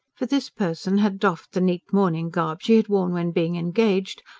for this person had doffed the neat mourning-garb she had worn when being engaged,